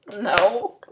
no